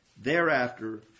Thereafter